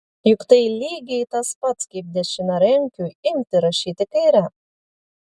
juk tai lygiai tas pats kaip dešiniarankiui imti rašyti kaire